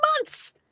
months